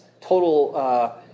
total